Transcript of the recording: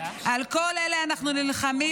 על כל אלה אנחנו נלחמים,